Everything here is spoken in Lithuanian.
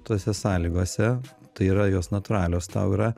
tose sąlygose tai yra jos natūralios tau yra